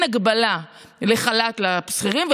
אין הגבלה לחל"ת לשכירים,